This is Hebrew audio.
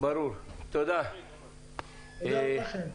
תודה רבה לכם.